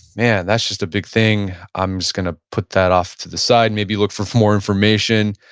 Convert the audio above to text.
man, that's just a big thing. i'm just going to put that off to the side, maybe look for for more information,